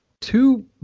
two